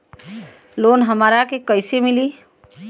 Loan हमरा के कईसे मिली?